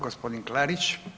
Gospodin Klarić.